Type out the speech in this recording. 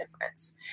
difference